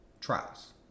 trials